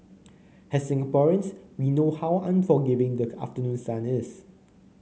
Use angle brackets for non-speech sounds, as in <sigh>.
<noise> as Singaporeans we know how unforgiving the afternoon sun is